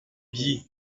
bies